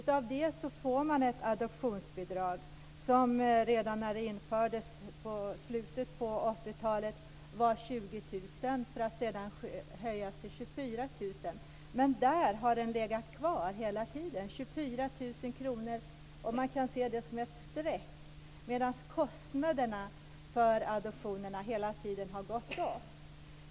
Man får ett adoptionsbidrag, som redan när det infördes i slutet av 80 Där har det legat kvar hela tiden. Man kan se bidragssumman som ett streck, medan kostnaderna för adoptioner hela tiden har gått upp.